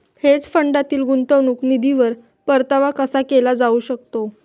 Hedge फंडातील गुंतवणूक निधीवर परतावा कसा केला जाऊ शकतो?